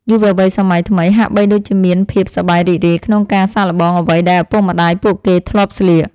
យុវវ័យសម័យថ្មីហាក់បីដូចជាមានភាពសប្បាយរីករាយក្នុងការសាកល្បងអ្វីដែលឪពុកម្តាយពួកគេធ្លាប់ស្លៀក។